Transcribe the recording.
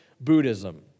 Buddhism